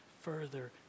further